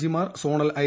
ജിമാർ zonal I